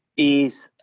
is